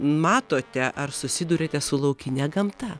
matote ar susiduriate su laukine gamta